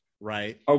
Right